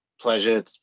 Pleasure